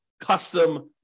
custom